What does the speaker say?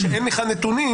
כשאין לך נתונים,